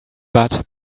but